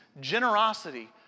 generosity